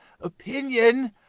opinion